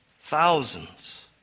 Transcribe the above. Thousands